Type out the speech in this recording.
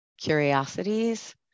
curiosities